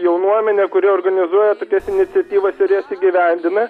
jaunuomenė kuri organizuoja tokias iniciatyvas ir jas įgyvendina